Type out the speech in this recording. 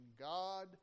God